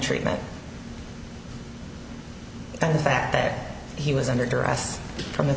treatment and the fact that he was under duress from the